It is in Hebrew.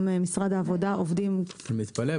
גם במשרד העבודה עובדים --- אני מתפלא.